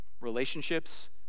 relationships